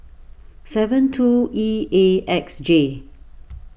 seven two E A X J